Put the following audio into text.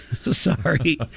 Sorry